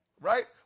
right